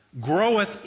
Groweth